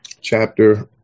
chapter